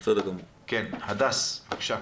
הדס, בבקשה.